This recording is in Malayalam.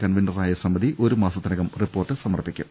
കൺവീനറായ സ്രമിതി ഒരുമാസത്തിനകം റിപ്പോർട്ട് സമർപ്പിക്കും